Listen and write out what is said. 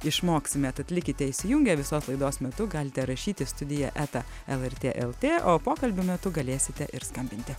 išmoksime tad likite įsijungę visos laidos metu galite rašyti studija eta lrt lt o pokalbio metu galėsite ir skambinti